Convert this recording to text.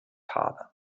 habe